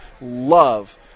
Love